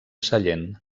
sallent